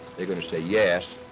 they're going to say, yes,